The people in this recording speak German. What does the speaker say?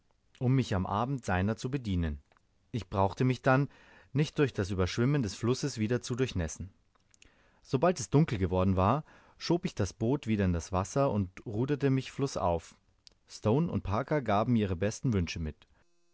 um mich am abend seiner zu bedienen ich brauchte mich da nicht durch das ueberschwimmen des flusses wieder zu durchnässen sobald es dunkel geworden war schob ich das boot wieder in das wasser und ruderte mich flußauf stone und parker gaben mir ihre besten wünsche mit